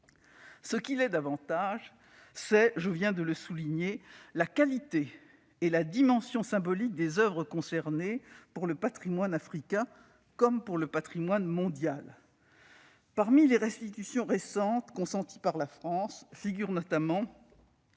Ce qui l'est davantage, c'est- je viens de le souligner -la qualité et la dimension symbolique des oeuvres concernées pour le patrimoine africain comme pour le patrimoine mondial. Parmi les restitutions récentes consenties par la France figurent notamment